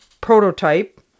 prototype